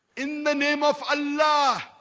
in the name of allah.